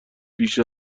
بیش